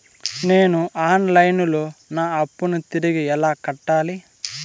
నేను online లో నా అప్పును తిరిగి ఎలా కట్టాలి?